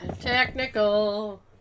technical